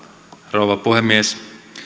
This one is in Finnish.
rouva puhemies